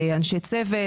אנשי צוות.